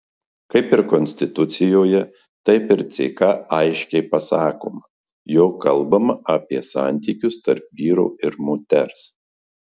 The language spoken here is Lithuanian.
kaip ir konstitucijoje taip ir ck aiškiai pasakoma jog kalbama apie santykius tarp vyro ir moters